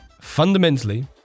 Fundamentally